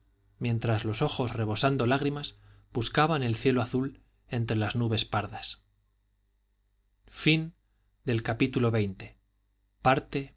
mientras los ojos rebosando lágrimas buscaban el cielo azul entre las nubes pardas ana leyó